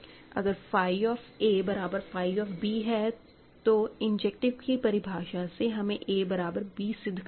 अगर phi of a बराबर phi of b है तो इंजेक्टिव की परिभाषा से हमें a बराबर b सिद्ध करना है